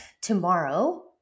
tomorrow